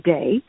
Day